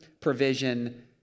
provision